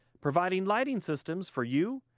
providing lighting systems for you,